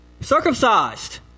circumcised